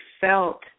felt